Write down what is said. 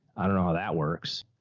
i don't know how that works.